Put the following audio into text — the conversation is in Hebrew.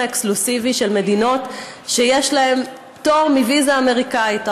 האקסקלוסיבי של מדינות שיש להן פטור מוויזה אמריקנית.